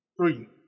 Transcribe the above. Three